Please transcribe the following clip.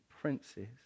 princes